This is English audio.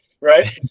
right